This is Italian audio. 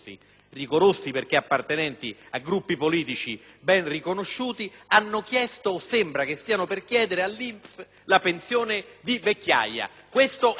ben riconosciuti) hanno chiesto - o sembra che stiano per chiedere - all'INPS la pensione di vecchiaia. Questo è uno scandalo che non viene riportato